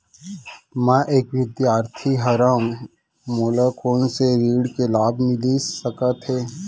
मैं एक विद्यार्थी हरव, मोला कोन से ऋण के लाभ मिलिस सकत हे?